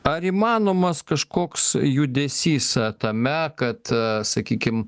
ar įmanomas kažkoks judesys tame kad sakykim